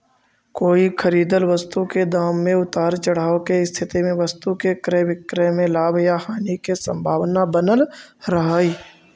कोई खरीदल वस्तु के दाम में उतार चढ़ाव के स्थिति में वस्तु के क्रय विक्रय में लाभ या हानि के संभावना बनल रहऽ हई